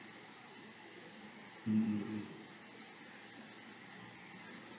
mm mm mm